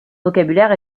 vocabulaire